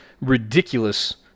ridiculous